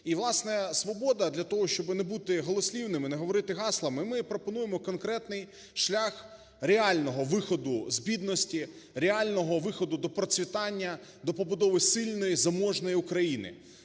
І, власне, "Свобода" для того, щоби не бути голослівними, не говорити гаслами. Ми пропонуємо конкретний шлях реального виходу з бідності, реального виходу до процвітання, до побудови сильної, заможної України.